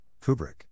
Kubrick